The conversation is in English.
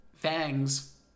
fangs